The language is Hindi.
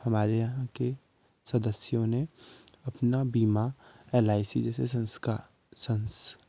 हमारे यहाँ के सदस्यों ने अपना बीमा एल आई सी जैसे